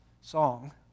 song